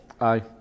Aye